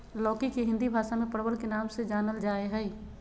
लौकी के हिंदी भाषा में परवल के नाम से जानल जाय हइ